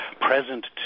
present